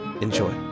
Enjoy